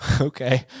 Okay